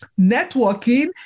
Networking